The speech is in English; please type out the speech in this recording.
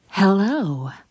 Hello